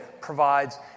provides